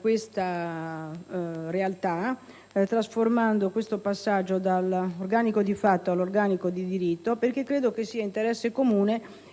questa realtà perfezionando il passaggio dall'organico di fatto all'organico di diritto, perché credo sia interesse comune